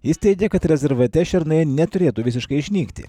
jis teigia kad rezervate šernai neturėtų visiškai išnykti